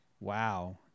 Wow